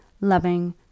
loving